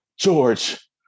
george